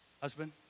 husband